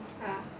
ah